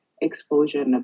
exposure